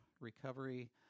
recovery